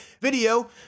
video